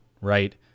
right